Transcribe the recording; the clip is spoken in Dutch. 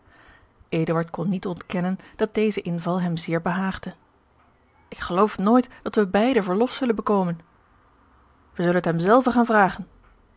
kon niet ontkennen dat deze inval hem zeer behaagde ik geloof nooit dat wij beide verlof zullen bekomen wij zullen het hem zelven gaan vragen